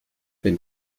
wenn